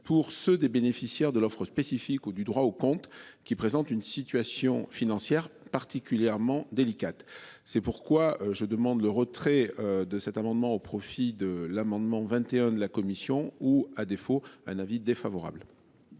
pour ceux des bénéficiaires de l'offre spécifique ou du droit au compte qui présente une situation financière particulièrement délicate. C'est pourquoi je demande le retrait de cet amendement au profit de l'amendement 21 de la commission, ou à défaut un avis défavorable.